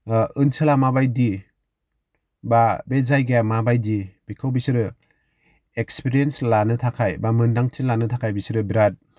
ओनसोला माबायदि बा बे जायगाया माबायदि बेखौ बिसोरो एक्सपिरियेन्स लानो थाखाय बा मोन्दांथि लानो थाखाय बिसोरो बिराद